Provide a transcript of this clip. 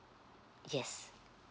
yes